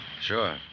Sure